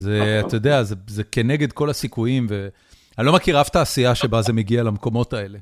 זה אתה יודע, זה כנגד כל הסיכויים ואני לא מכיר אף תעשייה שבה זה מגיע למקומות האלה.